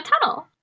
tunnel